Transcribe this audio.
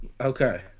Okay